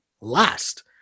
last